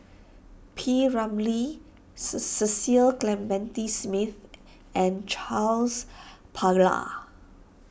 P Ramlee Cecil Clementi Smith and Charles Paglar